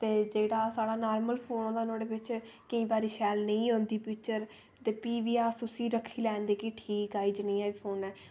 ते जेह्ड़ा साढ़ा नार्मल फोन नुआढ़े बिच केईं बारी शैल नेईं औंदी पिक्चर ते फ्ही बी अस उसी रक्खी लैेंदे कि ठीक आई जानी ऐ इस फोनै